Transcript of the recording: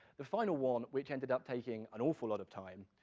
the final one which ended up taking an awful lot of time,